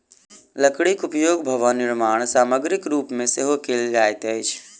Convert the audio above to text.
लकड़ीक उपयोग भवन निर्माण सामग्रीक रूप मे सेहो कयल जाइत अछि